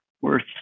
Worth